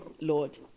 Lord